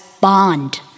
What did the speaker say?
bond